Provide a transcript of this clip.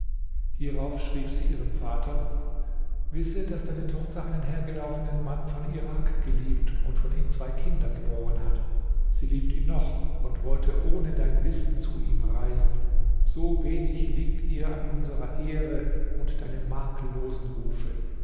hierauf schrieb sie ihrem vater wisse daß deine tochter einen hergelaufenen mann von irak geliebt und von ihm zwei kinder geboren hat sie liebt ihn noch und wollte ohne dein wissen zu ihm reisen so wenig liegt ihr an unserer ehre und deinem makellosen rufe